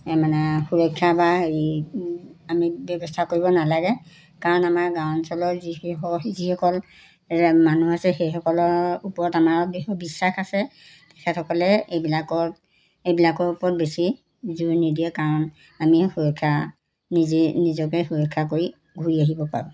মানে সুৰক্ষা বা হেৰি আমি ব্যৱস্থা কৰিব নালাগে কাৰণ আমাৰ গাঁও অঞ্চলৰ যি শিশ যিসকল ৰা মানুহ আছে সেইসকলৰ ওপৰত আমাৰ বিশ্বাস আছে তেখেতসকলে এইবিলাকত এইবিলাকৰ ওপৰত বেছি জোৰ নিদিয়ে কাৰণ আমি সুৰক্ষা নিজে নিজকে সুৰক্ষা কৰি ঘূৰি আহিব পাৰোঁ